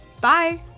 Bye